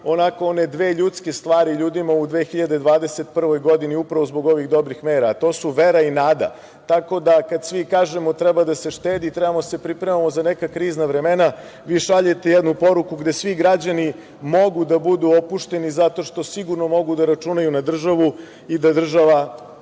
onako one dve ljudske stvari ljudima u 2021. godini upravo zbog ovih dobrih mera, a to su vera i nada. Tako da, kada svi kažemo treba da se štedi, trebamo da se pripremamo za neka krizna vremena, vi šaljete jednu poruku gde svi građani mogu da budu opušteni zato što sigurno mogu da računaju na državu i da država